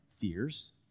fears